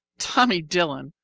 tommy dillon,